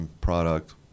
product